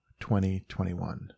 2021